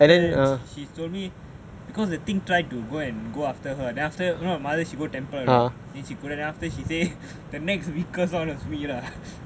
go after her then after you know my mother she go temple a lot then she go there then she say the next weakest [one] is me lah then the thing comes after me lah